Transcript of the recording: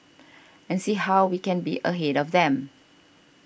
and see how we can be ahead of them